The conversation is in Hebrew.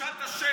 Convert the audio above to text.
תשאל את השייח',